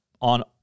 on